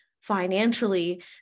financially